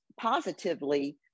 positively